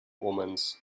omens